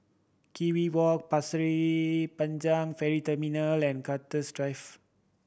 Kew Walk Pasir Panjang Ferry Terminal and Cactus Drive